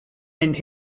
and